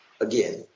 again